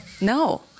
No